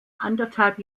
anderthalb